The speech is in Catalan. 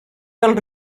del